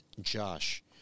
Josh